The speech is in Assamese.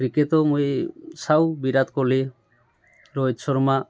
ক্ৰিকেটো মই চাওঁ বিৰাট কোহলী ৰোহিত শৰ্মা